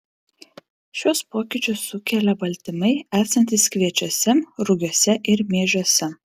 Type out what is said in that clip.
šiuos pokyčius sukelia baltymai esantys kviečiuose rugiuose ir miežiuose